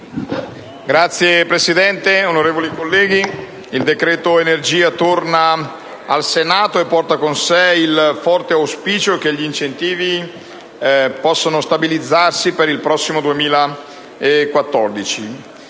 Signora Presidente, onorevoli colleghi, il decreto energia torna al Senato e porta con sé il forte auspicio che gli incentivi possano stabilizzarsi per il 2014.